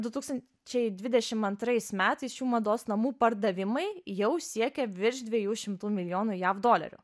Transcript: du tūkstančiai dvidešim antrais metais šių mados namų pardavimai jau siekia virš dviejų šimtų milijonų jav dolerių